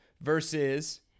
versus